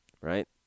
right